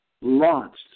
launched